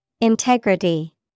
Integrity